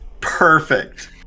perfect